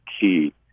key